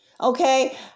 okay